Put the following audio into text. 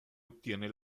obtiene